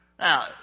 Now